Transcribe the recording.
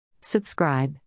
Subscribe